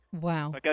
Wow